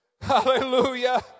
Hallelujah